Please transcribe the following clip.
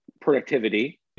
productivity